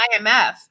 IMF